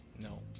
No